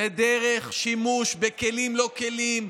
ודרך שימוש בכלים-לא-כלים,